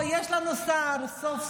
אוה, יש לנו שר סוף-סוף.